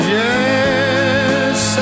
yes